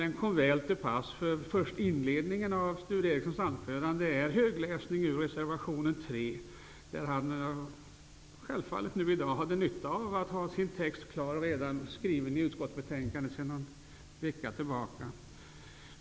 Det kom väl till pass, eftersom inledningen av Sture Ericsons anförande var en ren högläsning ur reservation 3. Han hade självfallet nytta av att ha texten färdigskriven i reservationsform sedan någon vecka tillbaka.